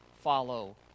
follow